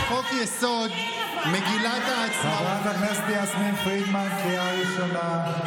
חברת הכנסת יסמין פרידמן, קריאה ראשונה.